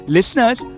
Listeners